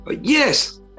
Yes